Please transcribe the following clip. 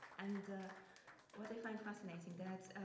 and what i find fascinating that